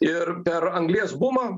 ir per anglies bumą